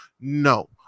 No